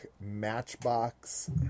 Matchbox